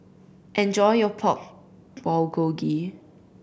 enjoy your Pork Bulgogi